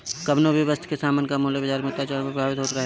कवनो भी वस्तु सामान कअ मूल्य बाजार के उतार चढ़ाव से प्रभावित होत रहेला